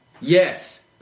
Yes